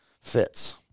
fits